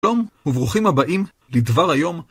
שלום, וברוכים הבאים לדבר היום.